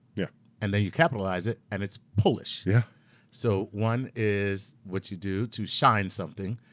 yeah and then you capitalize it, and it's polish. yeah so one is what you do to shine something,